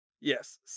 Yes